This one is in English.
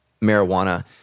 marijuana